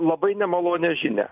labai nemalonią žinią